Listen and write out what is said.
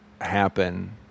happen